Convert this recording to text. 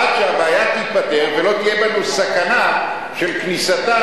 עד שהבעיה תיפתר ולא תהיה לנו הסכנה של כניסתם